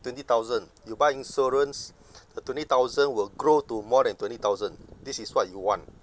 twenty thousand you buy insurance the twenty thousand will grow to more than twenty thousand this is what you want